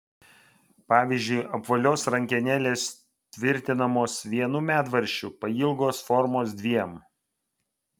pavyzdžiui apvalios rankenėlės tvirtinamos vienu medvaržčiu pailgos formos dviem